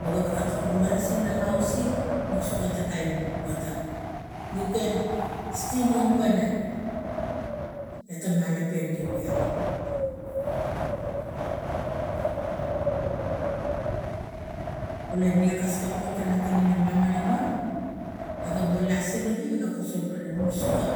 Wo gewek atokom marasin la ausik nuk soka kain ngatam no pan stim mom pana eta malapen gewek olo niakas ga potang atigne nok soka